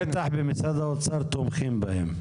בטח במשרד האוצר תומכים בהם.